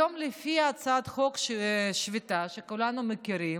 היום, לפי הצעת החוק השפיטה שכולנו מכירים